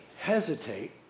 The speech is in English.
hesitate